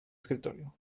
escritorio